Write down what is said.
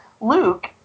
Luke